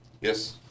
Yes